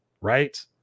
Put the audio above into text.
Right